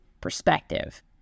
perspective